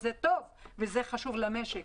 שזה טוב וחשוב למשק,